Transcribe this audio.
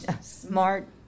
smart